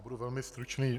Já budu velmi stručný.